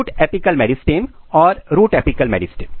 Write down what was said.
shoot apical meristem और root apical meristem